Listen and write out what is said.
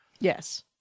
Yes